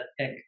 pick